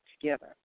together